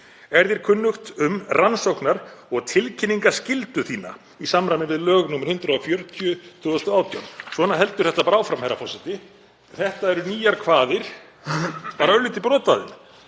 Er þér kunnugt um rannsóknar- og tilkynningarskyldu þína í samræmi við lög nr. 140/2018?“ Svona heldur það bara áfram, herra forseti. Þetta eru nýjar kvaðir, bara örlítið brot